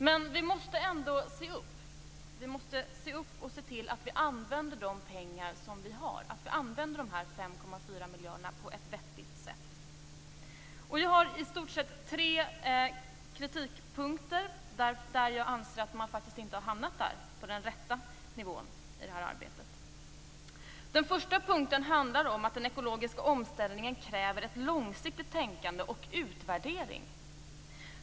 Men vi måste se upp och se till att vi använder de 5,4 miljarderna på ett vettigt sätt. Jag tänker ta upp tre punkter där jag anser att vi inte har hamnat på den rätta nivån i arbetet. Den första punkten gäller att den ekologiska omställningen kräver ett långsiktigt tänkande och utvärdering.